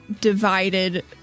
divided